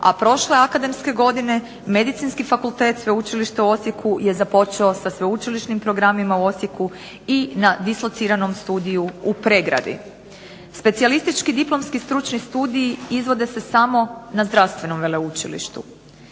a prošle akademske godine Medicinski fakultet sveučilišta u Osijeku je započeo sa sveučilišnim programima u Osijeku i na dislociranom studiju u Pregradi. Specijalistički diplomski stručni studij izvode se samo na zdravstvenom veleučilištu,